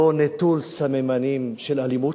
לא נטול סממנים של אלימות,